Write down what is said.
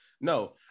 no